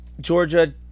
Georgia –